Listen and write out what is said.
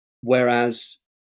Whereas